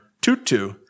Tutu